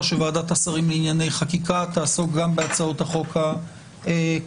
שוועדת השרים לענייני חקיקה תעסוק גם בהצעות החוק הקונקרטיות,